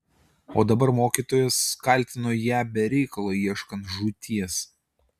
o dabar mokytojas kaltino ją be reikalo ieškant žūties